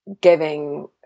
giving